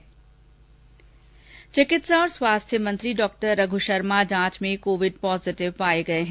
चिकित्सा और स्वास्थ्य मंत्री डॉ रघ् शर्मा जांच में कोविड पॉजिटिव पाए गए हैं